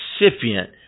recipient